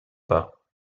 pas